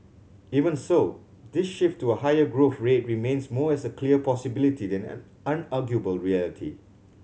even so this shift to a higher growth rate remains more as a clear possibility than an unarguable reality